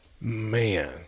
Man